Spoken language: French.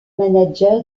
manager